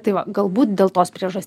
tai va galbūt dėl tos priežas